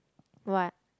what